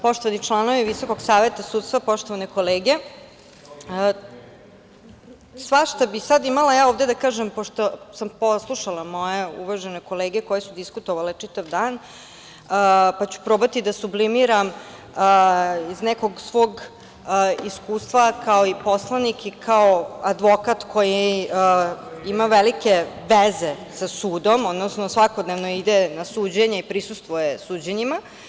Poštovani članovi VSS, poštovane kolege, svašta bih sad imala ja ovde da kažem pošto sam poslušala moje uvažene kolege koje su diskutovale čitav dan, pa ću probati da sublimiram iz nekog svog iskustva, kao i poslanik i kao advokat koji ima velike veze sa sudom, odnosno svakodnevno ide na suđenja i prisustvuje suđenjima.